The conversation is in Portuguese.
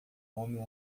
homem